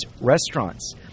restaurants